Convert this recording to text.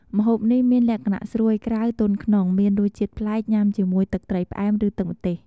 ម្ហូបនេះមានលក្ខណៈស្រួយក្រៅ ទន់ក្នុង មានរសជាតិប្លែក ញ៉ាំជាមួយទឹកត្រីផ្អែម ឬទឹកម្ទេស។